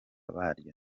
baryo